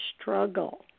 struggle